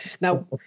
Now